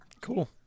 Cool